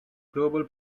global